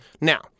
Now